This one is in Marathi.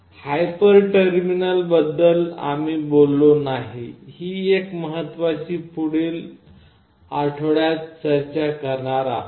हायपर टर्मिनल बद्दल आम्ही बोललो नाही ही एक महत्त्वाची गोष्ट आम्ही पुढील आठवड्यात चर्चा करणार आहोत